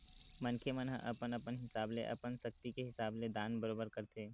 मनखे मन ह अपन अपन हिसाब ले अपन सक्ति के हिसाब ले दान बरोबर करथे